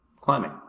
climbing